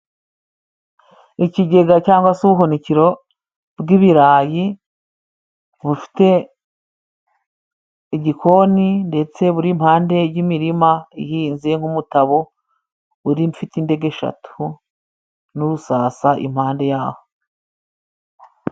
Ikigega cyangwa se ubuhunikiro bw'ibirayi bufite igikoni ndetse buri impande y'imirima ihinze nk'umutabo ufite indego eshatu n'usasa impande yaho.